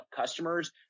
customers